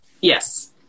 Yes